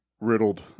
riddled